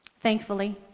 Thankfully